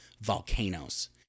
volcanoes